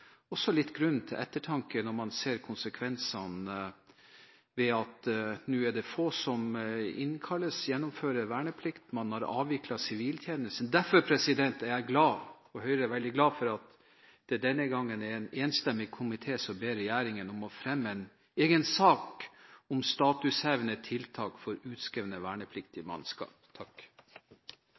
også litt grunn til ettertanke når man ser konsekvensene. Nå er det få som innkalles og gjennomfører verneplikten, og man har avviklet siviltjenesten. Derfor er Høyre veldig glad for at det denne gangen er en enstemmig komité som ber regjeringen om å fremme en egen sak om statushevende tiltak for utskrevne, vernepliktige